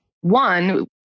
one